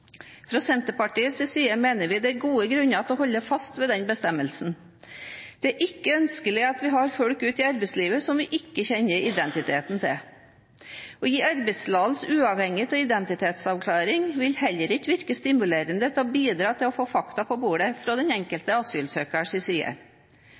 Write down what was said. Fra Senterpartiets side mener vi det er gode grunner til å holde fast ved den bestemmelsen. Det er ikke ønskelig at vi har folk ute i arbeidslivet som vi ikke kjenner identiteten til. Å gi arbeidstillatelse uavhengig av identitetsavklaring vil heller ikke virke stimulerende til å bidra til å få fakta på bordet fra den enkelte asylsøkerens side.